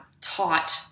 taught